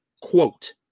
quote